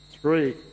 three